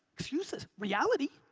excuses. reality.